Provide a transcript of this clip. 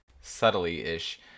subtly-ish